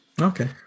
Okay